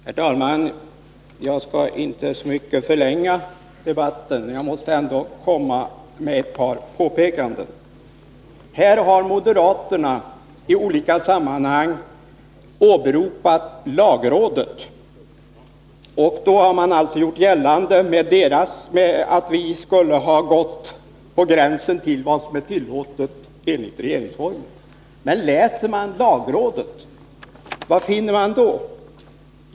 Herr talman! Jag skall inte så mycket förlänga debatten. Jag måste ändå göra ett par påpekanden. Moderaterna har i olika sammanhang åberopat lagrådet, och då har man gjort gällande att vi skulle ha gått på gränsen av vad som är tillåtet enligt regeringsformen. Men läser man lagrådets yttrande, vad finner man då?